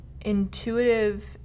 intuitive